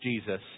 Jesus